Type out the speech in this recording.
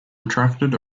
retracted